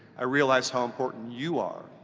i realize how important you are,